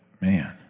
man